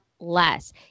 less